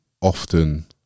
often